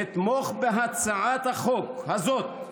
לתמוך בהצעת החוק הזאת,